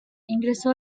ingresó